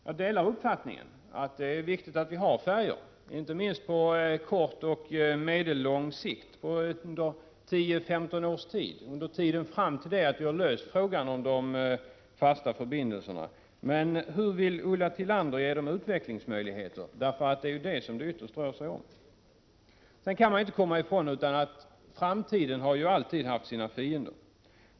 Jag delar uppfattningen att det är viktigt att vi har färjor, inte minst på kort och medellång sikt, under 10—15 år, fram till dess att vi har löst frågan om de fasta förbindelserna. Men hur vill Ulla Tillander ge dem utvecklingsmöjligheter? Det är ju vad det ytterst rör sig om. Sedan kan man inte komma ifrån att framtiden alltid har haft sina fiender.